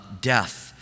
death